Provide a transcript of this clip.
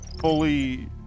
fully